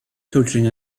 coaching